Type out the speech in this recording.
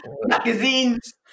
magazines